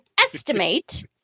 estimate